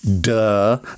Duh